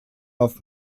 auf